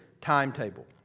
timetable